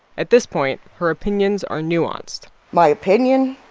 at this point, her opinions are nuanced my opinion?